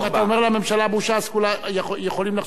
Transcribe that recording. יכולים לחשוב שזה בושה שהם הגישו את החוק.